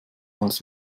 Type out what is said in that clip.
als